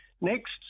next